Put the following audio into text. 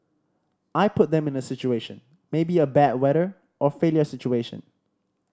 I put them in a situation maybe a bad weather or failure situation